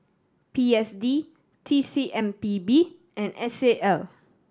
P S D T C M P B and S A L